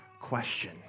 question